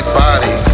body